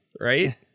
right